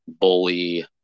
Bully